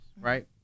right